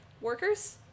Workers